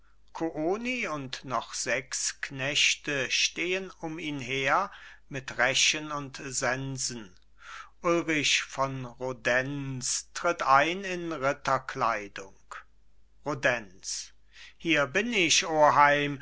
und noch sechs knechte stehen um ihn her mit rechen und sensen ulrich von rudenz tritt ein in ritterkleidung rudenz hier bin ich